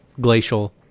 glacial